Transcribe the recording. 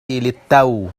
للتو